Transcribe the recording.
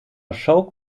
show